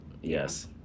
Yes